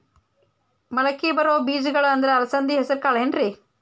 ಮಳಕಿ ಬರೋ ಬೇಜಗೊಳ್ ಅಂದ್ರ ಅಲಸಂಧಿ, ಹೆಸರ್ ಕಾಳ್ ಏನ್ರಿ?